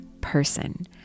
person